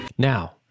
Now